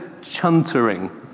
chuntering